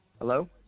Hello